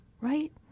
Right